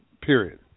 period